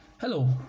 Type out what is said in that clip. Hello